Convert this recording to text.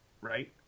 right